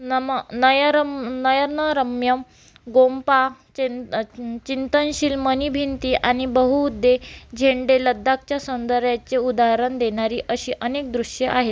नम नयर नयनरम्य गोंपा चीं चिंतनशील मनीभिंती आणि बहुउद्दे झेंडे लडाखच्या सौंदर्याचे उदाहरण देणारी अशी अनेक दृश्ये आहेत